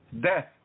death